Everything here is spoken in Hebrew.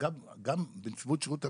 גם בנציבות שירות המדינה,